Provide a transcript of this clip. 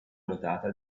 dotata